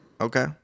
Okay